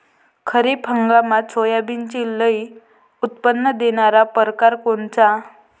खरीप हंगामात सोयाबीनचे लई उत्पन्न देणारा परकार कोनचा?